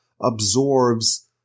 absorbs